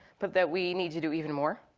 but that we need to do even more,